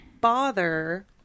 bother